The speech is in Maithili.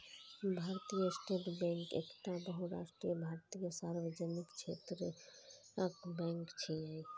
भारतीय स्टेट बैंक एकटा बहुराष्ट्रीय भारतीय सार्वजनिक क्षेत्रक बैंक छियै